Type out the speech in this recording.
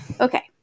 okay